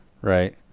right